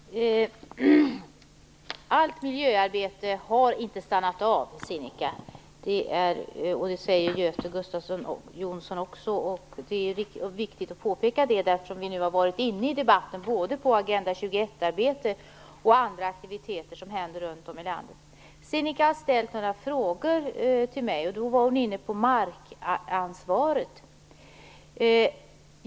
Fru talman! Allt miljöarbete har inte stannat av, Sinikka Bohlin! Samma sak säger Göte Jonsson. Det är viktigt att påpeka detta, eftersom vi i debatten har varit inne på både Agenda 21-arbete och andra aktiviteter runt om i landet. Sinikka Bohlin ställde några frågor till mig om markansvaret.